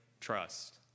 trust